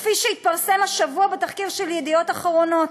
כפי שהתפרסם השבוע בתחקיר של "ידיעות אחרונות".